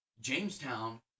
Jamestown